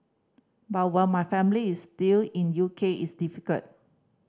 but while my family is still in U K it's difficult